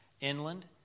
inland